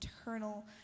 eternal